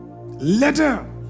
Letter